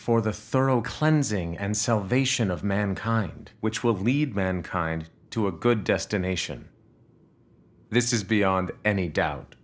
for the thorough cleansing and salvation of mankind which will lead mankind to a good destination this is beyond any doubt